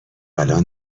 الان